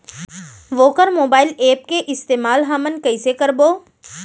वोकर mobile app के इस्तेमाल हमन कइसे करबो?